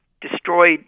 destroyed